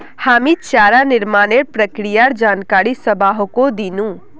हामी चारा निर्माणेर प्रक्रियार जानकारी सबाहको दिनु